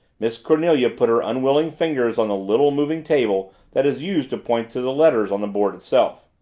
miss cornelia put her unwilling fingers on the little moving table that is used to point to the letters on the board itself.